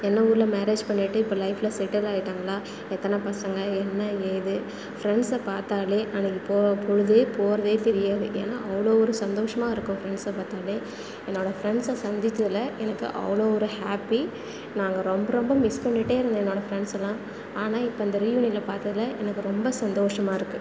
என்ன ஊர்ல மேரேஜ் பண்ணிட்டு இப்போ லைஃப்ல செட்டில் ஆயிட்டாங்களா எத்தனை பசங்கள் என்ன ஏது ஃப்ரெண்ட்ஸை பார்த்தாலே அன்னைக்கி போ பொழுதே போகிறதே தெரியாது ஏன்னா அவ்வளோ ஒரு சந்தோஷமாக இருக்கும் ஃப்ரெண்ட்ஸை பார்த்தாலே என்னோடய ஃப்ரெண்ட்ஸை சந்திச்சதில் எனக்கு அவ்வளோ ஒரு ஹாப்பி நாங்கள் ரொம்ப ரொம்ப மிஸ் பண்ணிகிட்டே இருந்தேன் என்னோடய ஃப்ரெண்ட்ஸலாம் ஆனால் இப்போ இந்த ரீயூனியன்ல பார்த்ததுல எனக்கு ரொம்ப சந்தோஷமாக இருக்குது